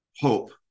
hope